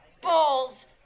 balls